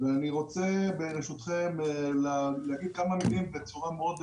אני רוצה, ברשותכם, להגיד כמה מילים בקצרה: